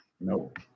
nope